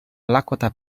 lakota